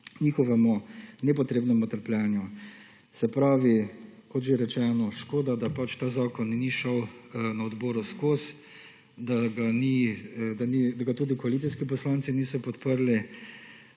njihovemu nepotrebnemu trpljenju. Se pravi, kot že rečeno, škoda da pač ta zakon ni šel na odboru skozi, da ga tudi koalicijski poslanci niso podprli.